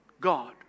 God